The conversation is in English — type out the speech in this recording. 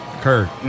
Kurt